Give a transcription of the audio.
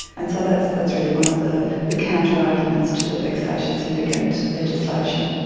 and so that's that's really one of the the counterarguments to the vexatious litigant legislation.